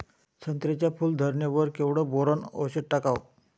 संत्र्याच्या फूल धरणे वर केवढं बोरोंन औषध टाकावं?